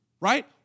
right